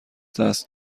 دست